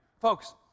Folks